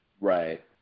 Right